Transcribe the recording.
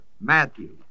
Matthew